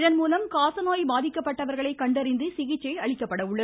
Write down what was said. இதன்மூலம் காசநோய் பாதிக்கப்பட்டவர்களை கண்டறிந்து சிகிச்சை அளிக்கப்பட உள்ளது